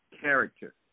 character